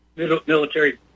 military